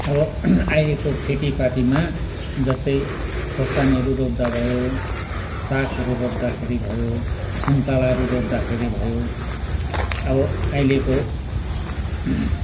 अब अहिलेको खेतीपातीमा जस्तै खोर्सानीहरू रोप्दा भयो सागहरू रोप्दाखेरि भयो सुन्तलाहरू रोप्दाखेरि भयो अब अहिलेको